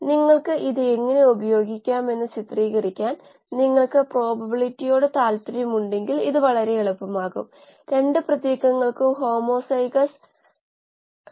അതിനാൽ എന്താണ് ചെയ്യുന്നത് വലിയ തോതിൽ പ്രതിനിധീകരിക്കുന്നതിനാണ് ചെറിയ തോതിൽ കാര്യങ്ങൾ നിർമ്മിച്ചിരിക്കുന്നത് വലിയ തോതിൽ പ്രവർത്തിക്കുമെന്ന ആത്മവിശ്വാസത്തോടെ ചെറിയ തോതിൽ പരീക്ഷണങ്ങൾ നടത്താം